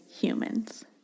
humans